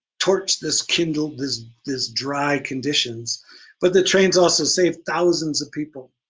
torched this kindle, this this dry conditions but the trains also saved thousands of people.